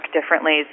differently